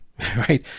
right